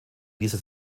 dieser